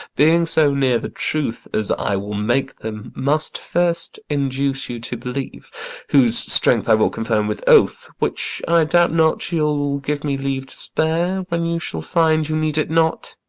being so near the truth as i will make them, must first induce you to believe whose strength i will confirm with oath which i doubt not you'll give me leave to spare when you shall find you need it not.